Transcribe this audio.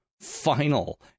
final